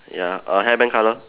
ya err hair band colour